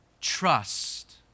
trust